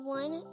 one